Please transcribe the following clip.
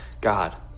God